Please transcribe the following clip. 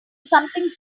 something